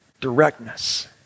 directness